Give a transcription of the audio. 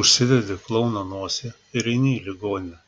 užsidedi klouno nosį ir eini į ligoninę